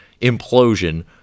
implosion